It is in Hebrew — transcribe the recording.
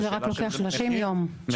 רק לוקח מחיר וזמן.